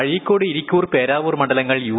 അഴീക്കോട് ഇരിക്കൂർ പേരാവൂർ മണ്ഡലങ്ങൾ യു